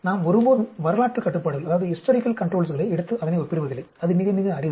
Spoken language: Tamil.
நாம் ஒருபோதும் வரலாற்றுக் கட்டுப்பாடுகளை எடுத்து அதனை ஒப்பிடுவதில்லை அது மிக மிக அரிது